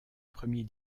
premier